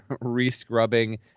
re-scrubbing